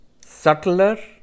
Subtler